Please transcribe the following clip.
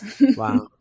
Wow